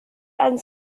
and